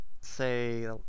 say